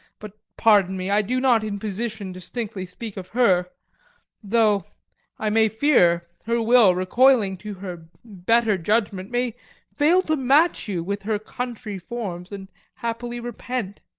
but pardon me i do not in position distinctly speak of her though i may fear, her will, recoiling to her better judgement, may fall to match you with her country forms, and happily repent.